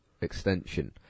extension